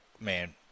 man